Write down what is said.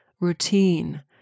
routine